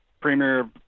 premier